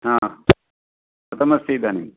आ कथमस्ति इदानीम्